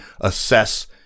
assess